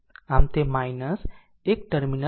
આમ તે એક ટર્મિનલ છે